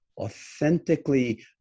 authentically